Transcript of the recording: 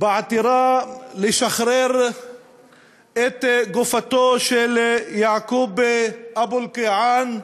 בעתירה לשחרר את גופתו של יעקוב אבו אלקיעאן,